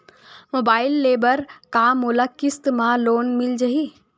Mobile ले बर का मोला किस्त मा लोन मिल जाही?